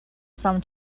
some